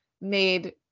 made